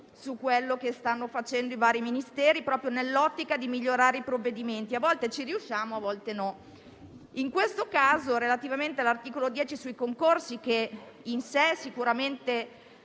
di ciò che stanno facendo i vari Ministeri, proprio nell'ottica di migliorare i provvedimenti; a volte ci riusciamo e a volte no. In questo caso mi riferisco all'articolo 10 sui concorsi, che in sé sicuramente